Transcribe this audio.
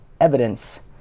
evidence